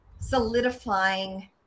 solidifying